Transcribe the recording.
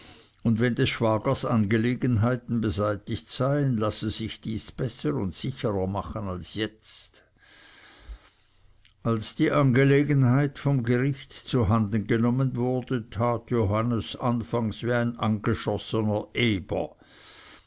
und wenn des schwagers angelegenheiten beseitigt seien lasse dies sich besser und sicherer machen als jetzt als die angelegenheit vom gericht zu handen genommen wurde tat johannes anfangs wie ein angeschossener eber